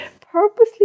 Purposely